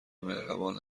مهربان